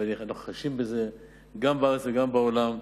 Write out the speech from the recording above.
ואנחנו חשים בזה גם בארץ וגם בעולם.